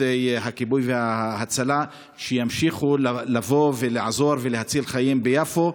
הכיבוי וההצלה שימשיכו לבוא ולעזור ולהציל חיים ביפו.